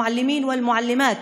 ליישובים הערביים,